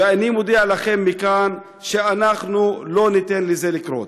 ואני מודיע לכם מכאן שאנחנו לא ניתן לזה לקרות.